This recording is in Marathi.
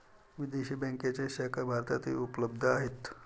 विदेशी बँकांच्या शाखा भारतातही उपलब्ध आहेत